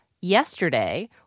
yesterday